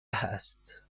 است